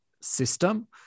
system